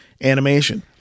animation